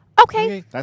okay